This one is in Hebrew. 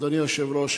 אדוני היושב-ראש,